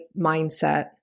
mindset